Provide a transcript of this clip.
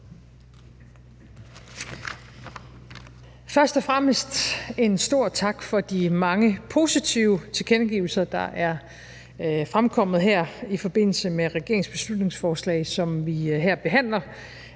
Først og fremmest en stor tak for de mange positive tilkendegivelser, der er fremkommet i forbindelse med regeringens beslutningsforslag, som vi her behandler.